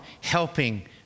helping